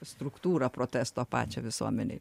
struktūrą protesto pačią visuomenėj